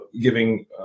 giving